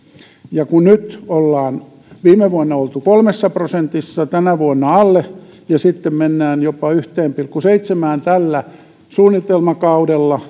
kun nyt on oltu viime vuonna kolmessa prosentissa ja tänä vuonna alle ja sitten mennään jopa yhteen pilkku seitsemään tällä suunnitelmakaudella